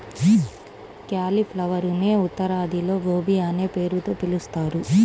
క్యాలిఫ్లవరునే ఉత్తరాదిలో గోబీ అనే పేరుతో పిలుస్తారు